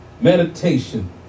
meditation